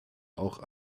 auch